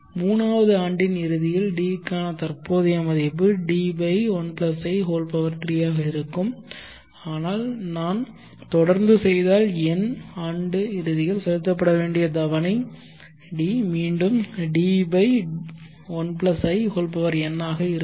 3 வது ஆண்டின் இறுதியில் D க்கான தற்போதைய மதிப்பு D 1 i 3 ஆக இருக்கும் எனவே நான் தொடர்ந்து செய்தால் n ஆண்டின் இறுதியில் செலுத்தப்பட வேண்டிய தவணை D மீண்டும் D1in ஆக இருக்கும்